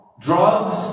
Drugs